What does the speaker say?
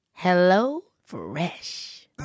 HelloFresh